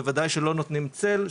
בוודאי שלא נותנים צל,